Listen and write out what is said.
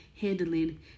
handling